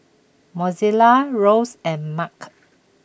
Mozella Rose and Mack